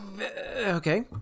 okay